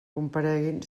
compareguin